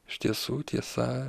iš tiesų tiesa